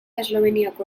esloveniako